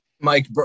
Mike